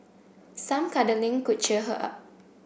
some cuddling could cheer her up